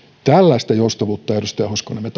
tällaista joustavuutta edustaja hoskonen me